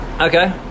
Okay